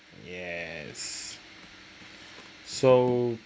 yes so